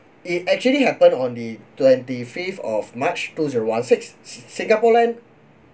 it actually happened on the twenty fifth of march two zero one six singapore land